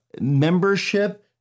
membership